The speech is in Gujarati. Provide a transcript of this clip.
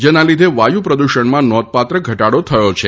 જેના લીધે વાયુ પ્રદૃષણમાં નોંધપાત્ર ઘટાડો થયો છે